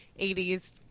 80s